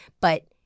But-